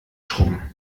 schrubben